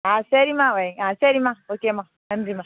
ஆ சரிம்மா ஆ சரிம்மா ஓகேம்மா நன்றிம்மா